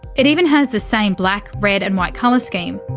it even has the same black, red and white colour scheme.